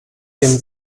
den